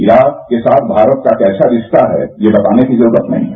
Iraq के साथ भारत का कैसा रिश्ता है ये बताने की जरूरत नहीं है